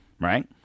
right